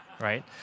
right